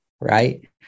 Right